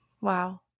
Wow